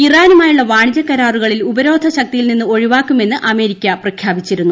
ഇറാനുമായുള്ള വാണിജ്യ കരാറുകളിൽ ഉപരോധത്തിൽ നിന്ന് ഒഴിവാക്കുമെന്ന് അമേരിക്ക പ്രഖ്യാപിച്ചിരുന്നു